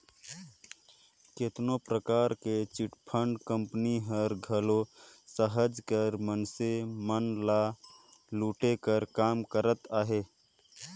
केतनो परकार कर चिटफंड कंपनी हर घलो सहज कर मइनसे मन ल लूटे कर काम करत अहे